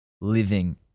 living